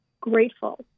grateful